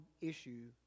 issue